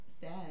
sad